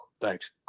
Thanks